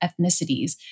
ethnicities